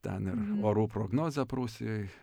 ten ir orų prognozę prūsijoj